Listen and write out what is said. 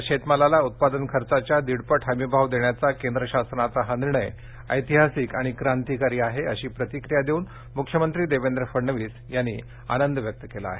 तर शेती मालाला उत्पादन खर्चाच्या दीडपट हमीभाव देण्याचा केंद्र शासनाचा हा निर्णय ऐतिहासिक आणि क्रांतिकारी आहे अशी प्रतिक्रिया देऊन मुख्यमंत्री देवेंद्र फडणवीस यांनी आनंद व्यक्त केला आहे